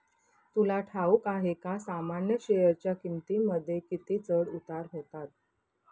तुला ठाऊक आहे का सामान्य शेअरच्या किमतींमध्ये किती चढ उतार होतात